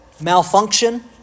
malfunction